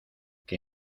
que